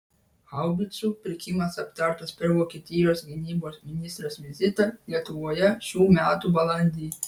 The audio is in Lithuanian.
haubicų pirkimas aptartas per vokietijos gynybos ministrės vizitą lietuvoje šių metų balandį